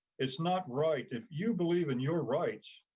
it's not right. if you believe in your rights,